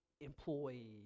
employee